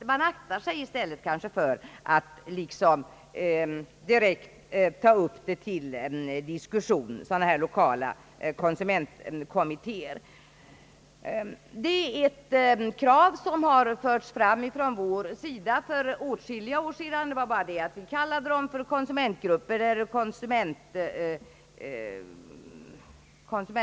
Utskottet aktar sig för att direkt ta upp frågan om lokala konsumentkommittéer till diskussion. Kravet på konsumentkommittéer har förts fram från vår sida för åtskilliga år sedan, skillnaden var bara att vi kallade dem för konsumentgrupper.